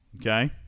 Okay